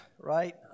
right